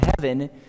heaven